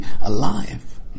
alive